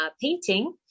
painting